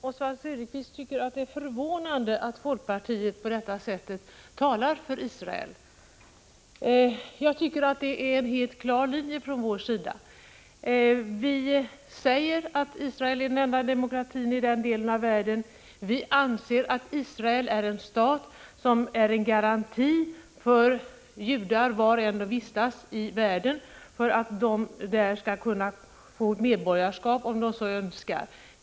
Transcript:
Herr talman! Oswald Söderqvist tycker att det är förvånande att folkpartiet på detta sätt talar för Israel. Jag tycker att det är en helt klar linje från vår sida. Vi säger att Israel är den enda demokratin i den delen av världen. Vi anser att Israel är en stat som är en garanti för att judar — var de än vistas i världen — skall kunna få medborgarskap där om de så önskar.